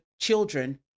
children